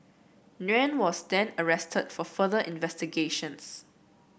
Nguyen was then arrested for further investigations